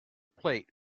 plate